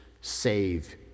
save